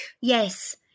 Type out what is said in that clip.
Yes